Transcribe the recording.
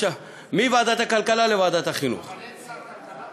אין שר כלכלה?